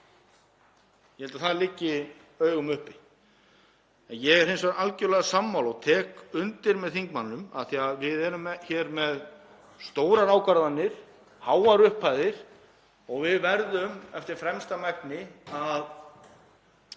Ég held að það liggi í augum uppi. Ég er hins vegar algerlega sammála og tek undir með þingmanninum, af því að við erum hér með stórar ákvarðanir, háar upphæðir, að við verðum eftir fremsta megni að